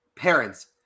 Parents